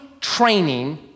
training